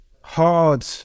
hard